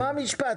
מה משפט?